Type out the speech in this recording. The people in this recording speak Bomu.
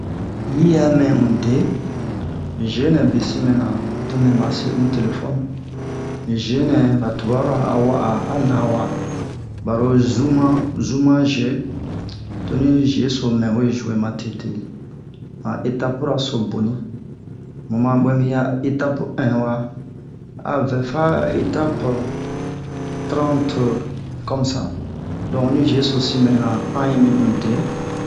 yi a mɛ un de ze nɛ sin mɛna to mɛ ma se un telefɔni ni ze nɛ ɓa tubara wa'a a na wa ɓaro zuma zuma ze to ni ze so mɛ we zuwe matete han etapu-ra so boni mu ma ɓwɛ mi hiya etapu Ɛn wa a vɛ fa etape trante kɔme sa donk honi ze so sin mɛna han yi mi un de